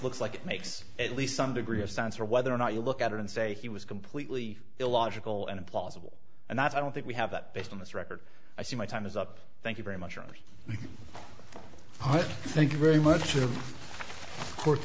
looks like it makes at least some degree of science or whether or not you look at it and say he was completely illogical and implausible and i don't think we have that based on this record i see my time is up thank you very much and thank you very much and of course